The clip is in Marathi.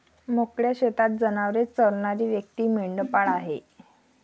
मोकळ्या शेतात जनावरे चरणारी व्यक्ती मेंढपाळ आहे